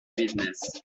business